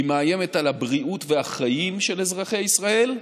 היא מאיימת על הבריאות והחיים של אזרחי ישראל,